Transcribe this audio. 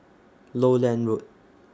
Lowland Road